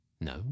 No